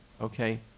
okay